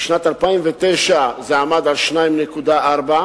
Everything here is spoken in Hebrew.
בשנת 2009 זה עמד על 2.4 מיליארדים,